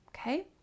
okay